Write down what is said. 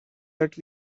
that